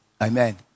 amen